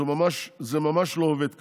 זה ממש לא עובד ככה.